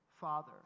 Father